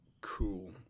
cool